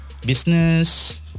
business